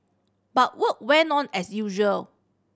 but work went on as usual